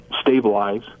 stabilize